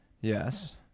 yes